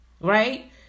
right